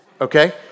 Okay